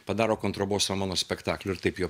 padaro kontrabosą mano spektakliui ir taip juo